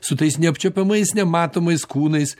su tais neapčiuopiamais nematomais kūnais